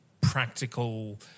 practical